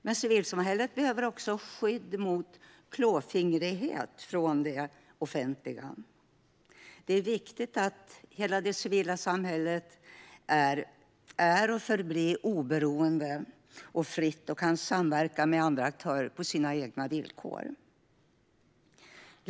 Men civilsamhället behöver också skydd mot klåfingrighet från det offentliga. Det är viktigt att hela det civila samhället är och förblir oberoende och fritt och kan samverka med andra aktörer på sina egna villkor.